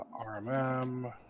RMM